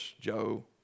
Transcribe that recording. Joe